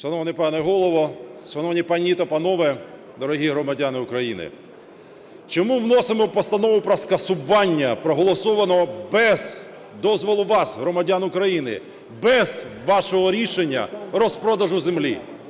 Шановний пане Голово, шановні пані та панове, дорогі громадяни України! Чому вносимо Постанову про скасування проголосованого без дозволу вас, громадян України, без вашого рішення розпродажу землі?